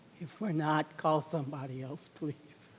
if we're not, call somebody else, please.